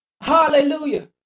Hallelujah